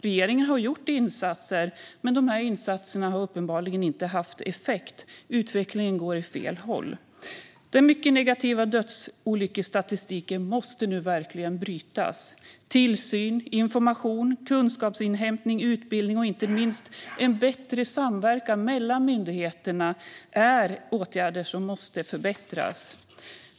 Regeringen har gjort insatser, men dessa insatser har uppenbarligen inte haft effekt. Utvecklingen går åt fel håll. Den mycket negativa dödsolycksstatistiken måste nu verkligen brytas. Tillsyn, information, kunskapsinhämtning, utbildning och inte minst en bättre samverkan mellan myndigheterna är sådant som måste förbättras.